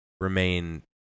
remain